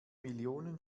millionen